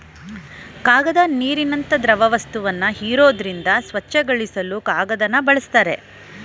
ಕಾಗದ ನೀರಿನಂತ ದ್ರವವಸ್ತುನ ಹೀರೋದ್ರಿಂದ ಸ್ವಚ್ಛಗೊಳಿಸಲು ಕಾಗದನ ಬಳುಸ್ತಾರೆ